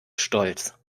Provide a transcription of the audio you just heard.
stolz